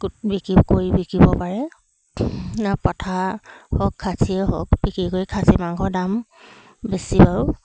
বিকি কৰি বিকিব পাৰে নে পঠা হওক খাচীয়ে হওক বিকি কৰি খাচী মাংসৰ দাম বেছি বাৰু